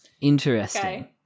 Interesting